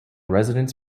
residents